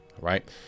right